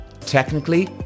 technically